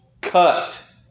cut